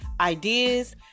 ideas